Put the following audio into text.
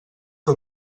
que